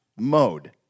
Mode